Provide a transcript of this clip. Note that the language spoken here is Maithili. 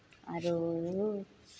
आरो